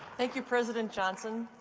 thank you, president johnson.